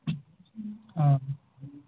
ಹಾಂ